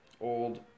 old